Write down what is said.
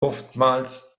oftmals